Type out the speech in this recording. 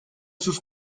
sus